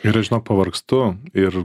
ir aš žinok pavargstu ir